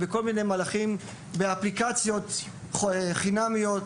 באפליקציות חינמיות